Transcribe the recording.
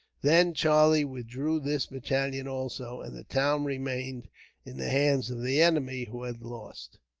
then charlie withdrew this battalion also, and the town remained in the hands of the enemy who had lost,